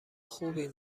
خوبیم